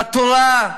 לתורה,